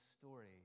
story